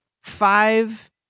five